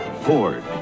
ford